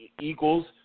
equals